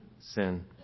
sin